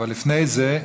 לפני זה,